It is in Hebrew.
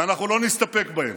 ואנחנו לא נסתפק בהן.